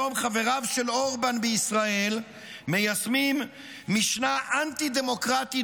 היום חבריו של אורבן בישראל מיישמים משנה אנטי-דמוקרטית